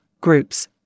groups